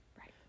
Right